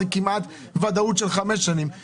זאת ודאות של כמעט חמש שנים.